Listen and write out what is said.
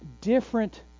different